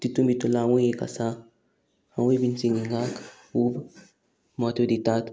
तितू भितू हांवूय एक आसा हांवूय बीन सिंगिंगाक खूब म्हत्व दितात